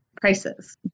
prices